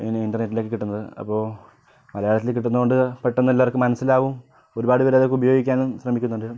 ഇൻ്റർനെറ്റിലൊക്കെ കിട്ടുന്നത് അപ്പോൾ മലയാളത്തിൽ കിട്ടുന്ന കൊണ്ട് പെട്ടന്നെല്ലാർക്കും മനസ്സിലാകും ഒരുപാട് പേരിതൊക്കെ ഉപയോഗിക്കാനും ശ്രമിക്കുന്നുണ്ട്